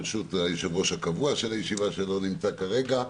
ברשות היושב-ראש הקבוע של הישיבה שלא נמצא כרגע,